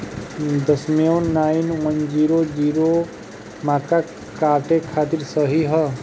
दशमेश nine one zero zero मक्का काटे खातिर सही ह?